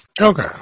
Okay